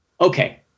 Okay